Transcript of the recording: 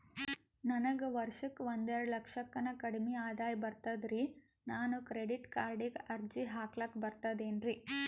ನನಗ ವರ್ಷಕ್ಕ ಒಂದೆರಡು ಲಕ್ಷಕ್ಕನ ಕಡಿಮಿ ಆದಾಯ ಬರ್ತದ್ರಿ ನಾನು ಕ್ರೆಡಿಟ್ ಕಾರ್ಡೀಗ ಅರ್ಜಿ ಹಾಕ್ಲಕ ಬರ್ತದೇನ್ರಿ?